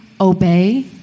obey